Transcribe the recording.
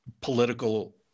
political